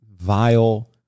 Vile